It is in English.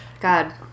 God